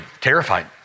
terrified